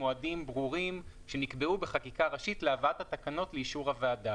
מועדים ברורים שנקבעו בחקיקה ראשית להבאת התקנות לאישור הוועדה.